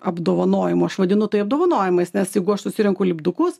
apdovanojimų aš vadinu tai apdovanojimais nes jeigu aš susirenku lipdukus